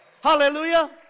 Hallelujah